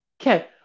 Okay